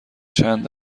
چند